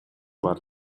бар